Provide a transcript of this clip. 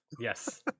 Yes